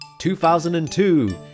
2002